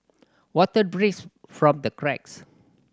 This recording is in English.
water drips from the cracks